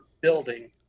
building